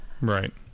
Right